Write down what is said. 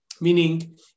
meaning